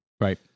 Right